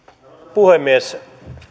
puhemies